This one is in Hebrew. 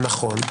נכון,